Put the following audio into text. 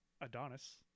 Adonis